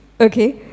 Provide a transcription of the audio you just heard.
Okay